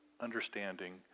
understanding